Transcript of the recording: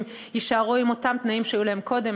אם יישארו עם אותן תנאים שהיו להן קודם.